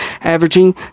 averaging